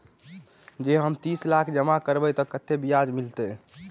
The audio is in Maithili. जँ हम तीस लाख जमा करबै तऽ केतना ब्याज मिलतै?